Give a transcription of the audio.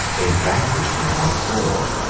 they vanquished him by fraud,